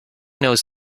knows